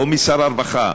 או משר הרווחה,